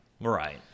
Right